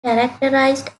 characterized